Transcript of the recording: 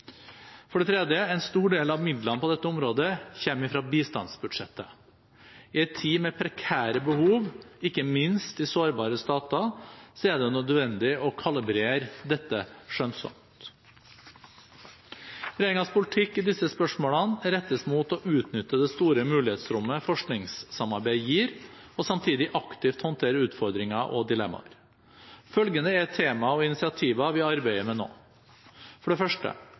For det tredje: En stor del av midlene på dette området kommer fra bistandsbudsjettet. I en tid med prekære behov, ikke minst i sårbare stater, er det nødvendig å kalibrere dette skjønnsomt. Regjeringens politikk i disse spørsmålene rettes mot å utnytte det store mulighetsrommet forskningssamarbeid gir, og samtidig aktivt håndtere utfordringer og dilemmaer. Følgende er temaer og initiativer vi arbeider med nå: For det første: